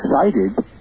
excited